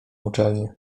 uczelnię